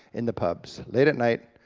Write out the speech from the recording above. in the pubs, late at night,